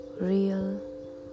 real